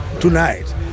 tonight